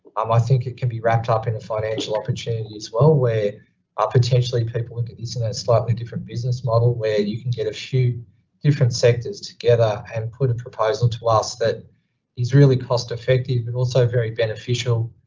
um, i think it can be wrapped up in a financial opportunity as well where ah potentially people look at these in a slightly different business model where you can get a few different sectors together and put a proposal to us that is really cost effective but also very beneficial,